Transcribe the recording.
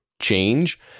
change